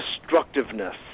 destructiveness